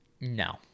No